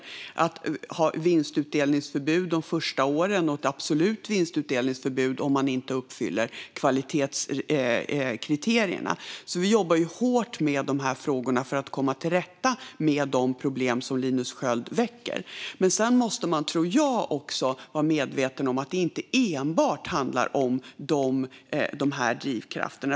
Det handlar om att ha vinstudelningsförbud de första åren och ett absolut vinstutdelningsförbud om man inte uppfyller kvalitetskriterierna. Vi jobbar alltså hårt med dessa frågor för att komma till rätta med de problem som Linus Sköld tar upp. Men jag tror också att man måste vara medveten om att det inte enbart handlar om de drivkrafterna.